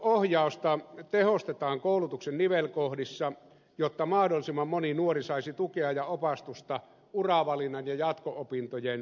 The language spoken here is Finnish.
oppilaanohjausta tehostetaan koulutuksen nivelkohdissa jotta mahdollisimman moni nuori saisi tukea ja opastusta uravalinnan ja jatko opintoihin hakeutumisen suhteen